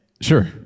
Sure